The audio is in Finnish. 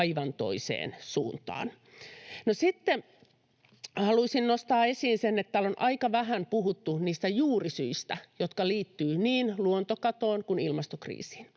aivan toiseen suuntaan. No sitten haluaisin nostaa esiin sen, että täällä on aika vähän puhuttu niistä juurisyistä, jotka liittyvät niin luontokatoon kuin ilmastokriisiin.